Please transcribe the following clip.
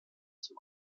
zum